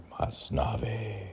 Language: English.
Masnavi